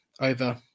over